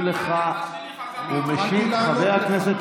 אחרי שהוא נדבק משר החוץ,